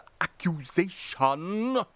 accusation